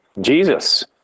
Jesus